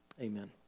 amen